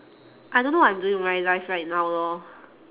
I don't know what I'm doing with my life right now lor